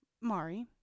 Mari